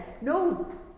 No